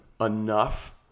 enough –